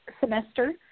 semester